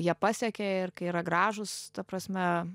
jie pasiekė ir kai yra gražūs ta prasme